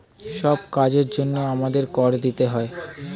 সব কাজের জন্যে আমাদের কর দিতে হয়